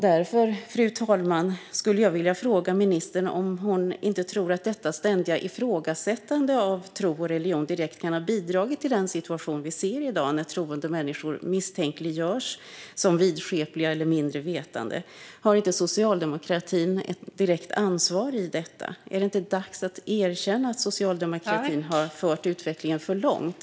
Därför, fru talman, skulle jag vilja fråga ministern om hon inte tror att detta ständiga ifrågasättande av tro och religion direkt kan ha bidragit till den situation vi ser i dag, när troende människor misstänkliggörs som vidskepliga eller mindre vetande. Har inte socialdemokratin ett direkt ansvar i detta? Är det inte dags att erkänna att socialdemokratin har fört utvecklingen för långt?